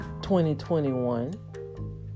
2021